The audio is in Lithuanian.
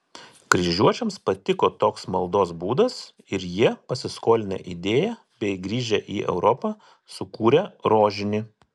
kryžiuočiams patiko toks maldos būdas ir jie pasiskolinę idėją bei grįžę į europą sukūrė rožinį